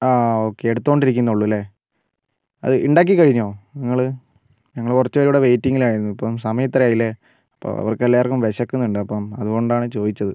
ആ ഓക്കെ എടുത്തുകൊണ്ടിരിക്കുന്നതേ ഉള്ളൂ അല്ലേ അത് ഉണ്ടാക്കി കഴിഞ്ഞോ നിങ്ങള് ഞങ്ങൾ കുറച്ചുപേര് ഇവിടെ വെയ്റ്റിംങ്ങിലായിരുന്നു ഇപ്പം സമയം ഇത്രയും ആയില്ലേ അപ്പം അവർക്ക് എല്ലാവർക്കും വിശക്കുന്നുണ്ട് അപ്പം അതുകൊണ്ടാണ് ചോദിച്ചത്